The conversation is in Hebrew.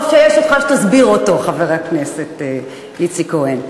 טוב שיש אותך, שתסביר אותו, חבר הכנסת איציק כהן.